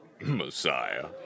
Messiah